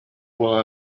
were